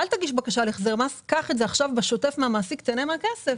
אל תגיש בקשה להחזר מס אלא קח את זה עכשיו בשוטף מהמעסיק ותיהנה מהכסף.